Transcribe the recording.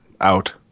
out